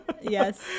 Yes